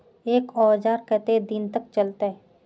एक औजार केते दिन तक चलते?